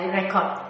record